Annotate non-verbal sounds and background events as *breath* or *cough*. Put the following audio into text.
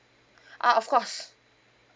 *breath* ah of course